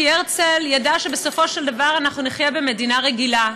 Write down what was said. כי הרצל ידע שבסופו של דבר אנחנו נחיה במדינה רגילה,